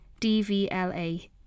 DVLA